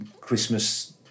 Christmas